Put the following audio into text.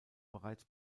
bereits